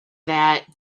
that